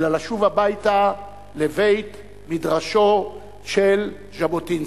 אלא לשוב הביתה לבית-מדרשו של ז'בוטינסקי.